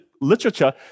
literature